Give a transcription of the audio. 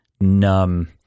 numb